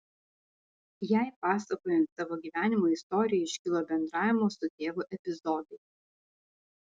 jai pasakojant savo gyvenimo istoriją iškilo bendravimo su tėvu epizodai